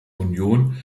union